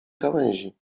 gałęzi